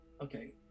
Okay